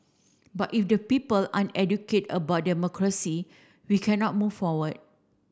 but if the people aren't educate about democracy we cannot move forward